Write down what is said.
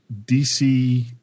DC